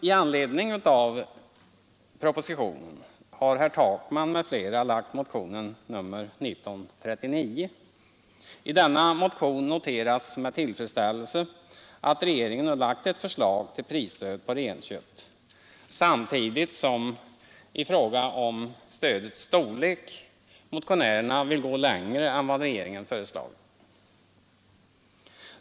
I anledning av propositionen har herr Takman m.fl. väckt motionen nr 1939. I denna motion noteras med tillfredsställelse att regeringen nu framlagt ett förslag till prisstöd för renkött samtidigt som motionärerna i fråga om stödets storlek vill gå längre än vad regeringen föreslagit.